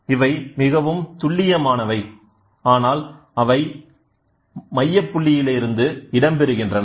அவை மிகவும் துல்லியமானவை ஆனால் அவை மையப் புள்ளியிலிருந்து இடம்பெறுகின்றன